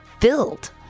filled